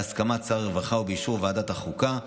בהסכמת שר הרווחה ובאישור ועדת החוקה,